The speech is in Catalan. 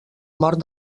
mort